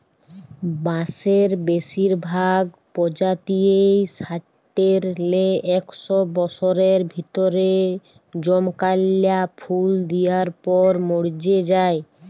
বাঁসের বেসিরভাগ পজাতিয়েই সাট্যের লে একস বসরের ভিতরে জমকাল্যা ফুল দিয়ার পর মর্যে যায়